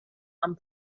and